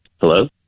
Hello